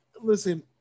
listen